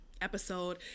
episode